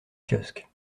kiosque